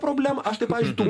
problema aš tai pavyzdžiui tų